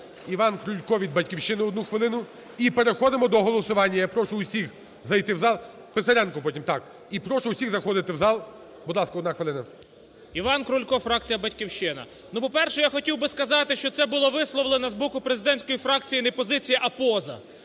Іван Крулько від "Батьківщини", одну хвилину. І переходимо до голосування. Я прошу всіх зайти в зал… Писаренко потім, так. І прошу всіх заходити в зал. Будь ласка, одна хвилина. 13:18:01 КРУЛЬКО І.І. ІванКрулько, фракція "Батьківщина". По-перше, я хотів би сказати, що це було висловлено з боку президентської фракції не позиції, а поза.